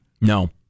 No